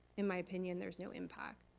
in my opinion, there's no impact.